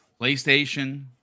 PlayStation